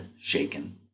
shaken